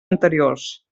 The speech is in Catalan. anteriors